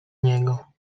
niego